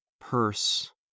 Purse